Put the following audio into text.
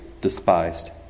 despised